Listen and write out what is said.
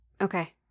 Okay